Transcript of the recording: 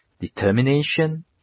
determination